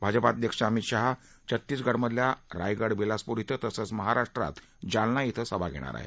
भाजपाध्यक्ष अमित शाह छत्तीसगडमधल्या रायगड बिलासपूर क्रें तसंच महाराष्ट्रात जालना क्षे सभा घेणार आहेत